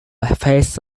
face